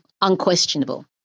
unquestionable